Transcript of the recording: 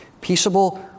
Peaceable